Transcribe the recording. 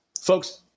folks